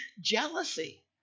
jealousy